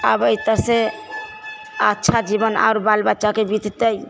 आब एतेसँ अच्छा जीवन आर बाल बच्चाके बीततै